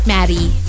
Maddie